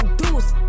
deuce